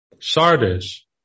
Sardis